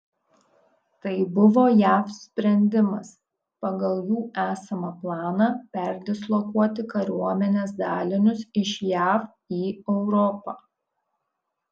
tai buvo jav sprendimas pagal jų esamą planą perdislokuoti kariuomenės dalinius iš jav į europą